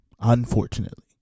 Unfortunately